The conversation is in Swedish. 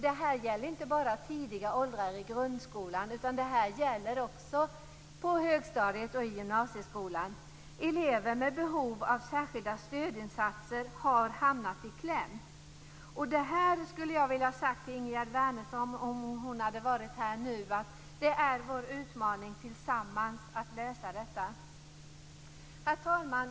Detta gäller inte bara tidiga åldrar i grundskolan. Det gäller också på högstadiet och i gymnasieskolan. Elever med behov av särskilda stödinsatser har hamnat i kläm. Det är vår utmaning att tillsammans lösa detta. Det skulle jag vilja ha sagt till Ingegerd Wärnersson om hon hade varit här nu. Herr talman!